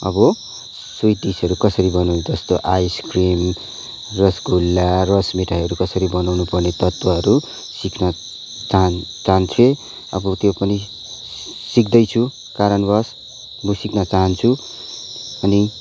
अब स्विट डिसहरू कसरी बनाउँनु पर्छ आइ सक्रिम रसगुल्ला रसमिठाइहरू कसरी बनाउँनु पर्ने तत्त्वहरू सिक्न चाहान् चाहान्छु अब त्यो पनि सिक्दैछु कारणवस म सिक्न चाहान्छु अनि